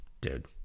dude